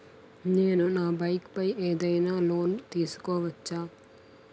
నేను నా బైక్ పై ఏదైనా లోన్ తీసుకోవచ్చా?